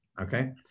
Okay